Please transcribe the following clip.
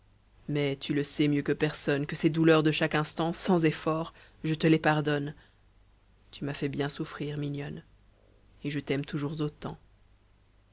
mais tu le sais mieux que personne que ces douleurs de chaque instant sans efforts je te les pardonne tu m'as fait bien souffrir mignonne et je t'aime toujours autant